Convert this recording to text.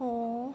ਹੋ